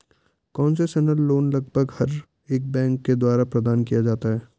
concessional loan लगभग हर एक बैंक के द्वारा प्रदान किया जाता है